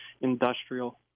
industrial